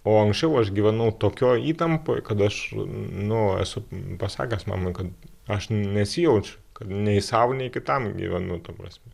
o anksčiau aš gyvenau tokioj įtampoj kad aš nu esu pasakęs mamai kad aš nesijaučiu nei sau nei kitam gyvenu ta prasme